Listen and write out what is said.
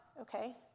okay